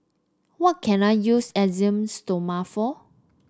what can I use Esteem Stoma for